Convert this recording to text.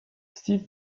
steve